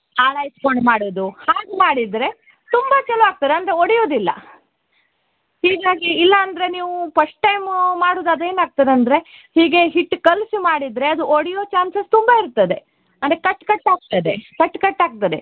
ಆಳೈಸ್ಕೊಂಡು ಮಾಡೋದು ಹಾಗೆ ಮಾಡಿದರೆ ತುಂಬಾ ಚಾಲು ಆಗ್ತದೆ ಅಂದರೆ ಒಡಿಯುದಿಲ್ಲ ಹೀಗಾಗಿ ಇಲ್ಲಂದರೆ ನೀವು ಫಸ್ಟ್ ಟೈಮು ಮಾಡುದಾದರೆ ಏನು ಆಗ್ತದೆ ಅಂದರೆ ಹೀಗೆ ಹಿಟ್ಟು ಕಲಿಸಿ ಮಾಡಿದರೆ ಅದು ಒಡಿಯೊ ಚಾನ್ಸಸ್ ತುಂಬಾ ಇರ್ತದೆ ಅಂದರೆ ಕಟ್ ಕಟ್ ಆಗ್ತದೆ ಕಟ್ ಕಟ್ ಆಗ್ತದೆ